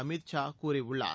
அமித் ஷா கூறியுள்ளார்